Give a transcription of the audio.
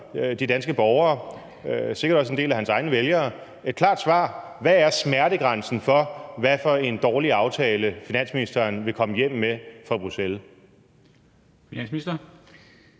de danske borgere – og sikkert også en del af hans egne vælgere – et klart svar: Hvad er smertegrænsen for, hvor dårlig en aftale finansministeren vil komme hjem med fra Bruxelles?